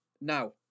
now